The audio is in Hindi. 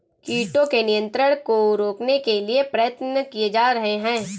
कीटों के नियंत्रण को रोकने के लिए प्रयत्न किये जा रहे हैं